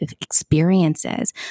experiences